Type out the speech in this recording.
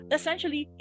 Essentially